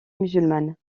musulmane